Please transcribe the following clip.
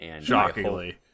shockingly